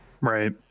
Right